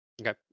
Okay